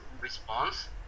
response